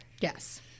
Yes